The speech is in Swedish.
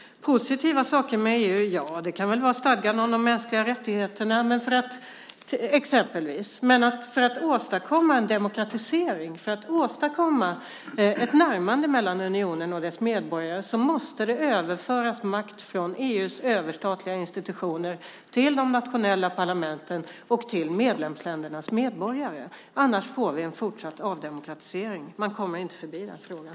Positiva saker med EU kan väl vara stadgan om de mänskliga rättigheterna exempelvis. Men för att åstadkomma en demokratisering och för att åstadkomma ett närmande mellan unionen och dess medborgare måste det överföras makt från EU:s överstatliga institutioner till de nationella parlamenten och till medlemsländernas medborgare, annars får vi en fortsatt avdemokratisering. Man kommer inte förbi den frågan.